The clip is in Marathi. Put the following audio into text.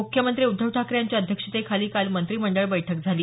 मुख्यमंत्री उद्धव ठाकरे यांच्या अध्यक्षतेखाली काल मंत्रिमंडळ बैठक झाली